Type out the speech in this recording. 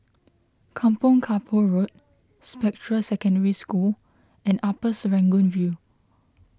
Kampong Kapor Road Spectra Secondary School and Upper Serangoon View